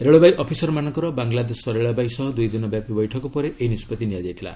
ରେଳବାଇ ଅଫିସରମାନଙ୍କର ବାଂଲାଦେଶ ରେଳବାଇ ସହ ଦୁଇଦିନ ବ୍ୟାପୀ ବୈଠକ ପରେ ଏହି ନିଷ୍ପତ୍ତି ନିଆଯାଇଛି